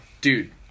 Dude